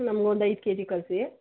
ನಮ್ಗೊಂದು ಐದು ಕೆಜಿ ಕಳಿಸಿ